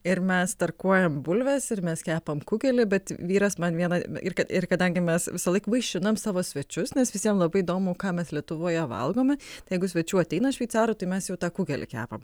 ir mes tarkuojam bulves ir mes kepam kugelį bet vyras man vieną ir kad ir kadangi mes visąlaik vaišinam savo svečius nes visiem labai įdomu ką mes lietuvoje valgome jeigu svečių ateina šveicarų tai mes jau tą kugelį kepam